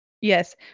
Yes